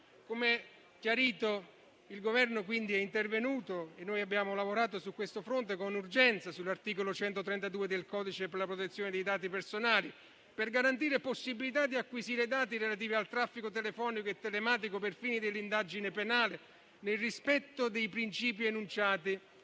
Come chiarito, il Governo è quindi intervenuto e noi abbiamo lavorato con urgenza su questo fronte e in particolare sull'articolo 132 del codice per la protezione dei dati personali, per garantire la possibilità di acquisire i dati relativi al traffico telefonico e telematico per i fini dell'indagine penale, nel rispetto dei principi enunciati